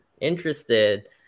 interested